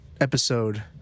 episode